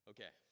Okay